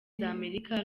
z’amerika